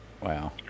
Wow